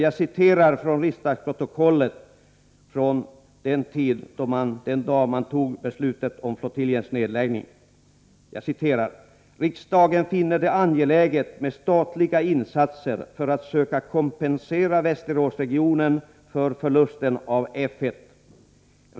Jag citerar ur riksdagsprotokollet från den dag då man fattade beslutet om flottiljens nedläggning: ”Riksdagen finner det angeläget med statliga insatser för att söka kompensera Västeråsregionen för förlusten av F1.